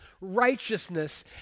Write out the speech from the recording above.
righteousness